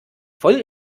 voll